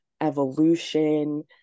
evolution